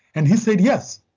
and he said, yes.